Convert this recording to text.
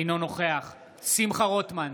אינו נוכח שמחה רוטמן,